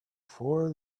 four